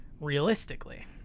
realistically